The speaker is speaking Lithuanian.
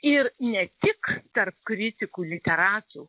ir ne tik tarp kritikų literatų